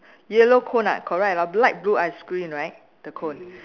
yellow cone ah correct lah black blue ice cream right the cone